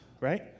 right